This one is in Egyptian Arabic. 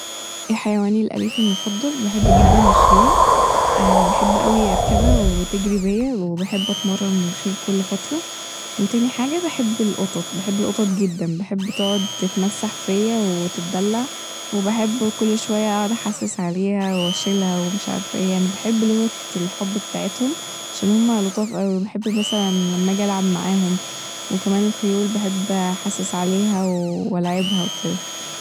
إيه حيواني الأليف المفضل؟ بحب جدا جدا الخيول بحب أوي اركبها وتجري بيا وبحب اتمرن خيل كل فتره وتاني حاجه بحب القطط بحب القطط جدا، بحب تقعد تتمسح فيا وتدلع، بحب اقعد كل شوية احسس عليها واشيلها ومش عارفه ايه، بحب لغة الحب بتاعتهم عشان هما لطاف اوي بحب مثلا لما باجي ألعب معاهم وكمان الخيول بحب أحسس عليها وألاعبها وكدا